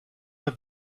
der